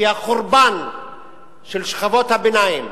כי החורבן של שכבות הביניים,